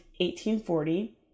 1840